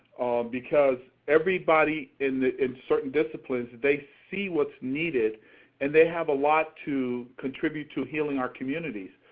because everybody in in certain disciplines, they see what's needed and they have a lot to contribute to healing our communities.